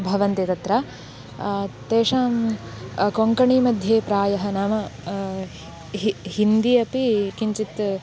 भवन्ति तत्र तेषां कोङ्कणी मध्ये प्रायः नाम हि हिन्दी अपि किञ्चित्